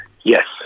Yes